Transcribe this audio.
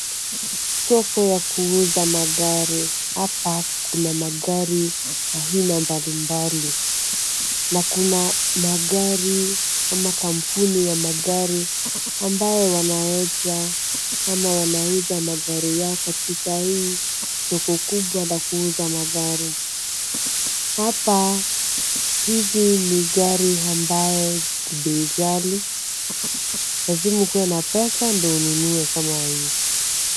Soko ya kuuza magari. Hapa kuna magari aina mbalimbali na kuna magari ama kampuni ya magari ambao wanaweza ama wanauza magari yao katika hii soko kubwa ya kuuza magari. Hizi ni gari ambayo ni bei ghali, lazima ukuwe na pesa ndio ununuekama hii.